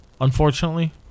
Unfortunately